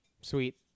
sweet